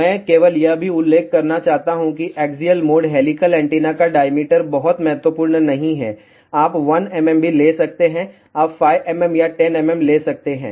मैं केवल यह भी उल्लेख करना चाहता हूं कि एक्सियल मोड हेलिकल एंटीना का डाईमीटर बहुत महत्वपूर्ण नहीं है आप 1 mm भी ले सकते हैं आप 5 mm या 10 mm ले सकते हैं